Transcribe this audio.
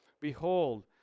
Behold